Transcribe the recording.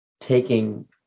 taking